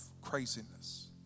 craziness